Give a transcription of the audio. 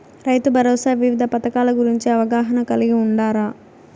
రైతుభరోసా వివిధ పథకాల గురించి అవగాహన కలిగి వుండారా?